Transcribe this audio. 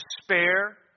despair